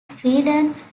freelance